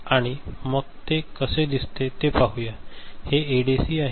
आणि मग ते कसे दिसते ते पाहूया हे एडीसी आहे